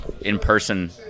in-person